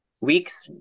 weeks